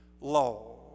law